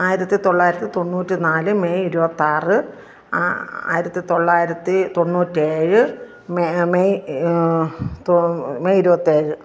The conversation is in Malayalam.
ആയിരത്തി തൊള്ളായിരത്തി തൊണ്ണൂറ്റി നാല് മെയ് ഇരുപത്തിയാറ് ആ ആയിരത്തി തൊള്ളായിരത്തി തൊണ്ണൂറ്റിയേഴ് മേ മേയ് തൊ മേയ് ഇരുപത്തിയേഴ്